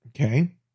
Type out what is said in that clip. Okay